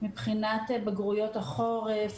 מבחינת בגרויות החורף,